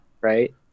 Right